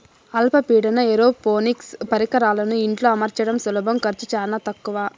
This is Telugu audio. అల్ప పీడన ఏరోపోనిక్స్ పరికరాలను ఇంట్లో అమర్చడం సులభం ఖర్చు చానా తక్కవ